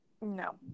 No